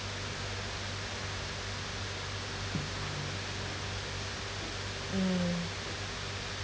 mm